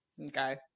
Okay